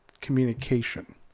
communication